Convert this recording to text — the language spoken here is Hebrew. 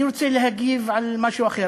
אני רוצה להגיב על משהו אחר.